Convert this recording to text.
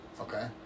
Okay